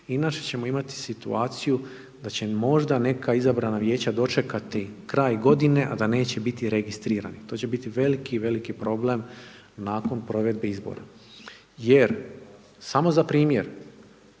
inače ćemo imati situaciju da će možda neka izabrana vijeća dočekati kraj godine, a da neće biti registrirani, to će biti veliki, veliki problem nakon provedbi izbora jer, samo za primjer,